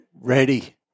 ready